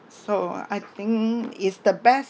so I think is the best